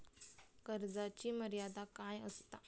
कर्जाची मर्यादा काय असता?